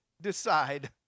decide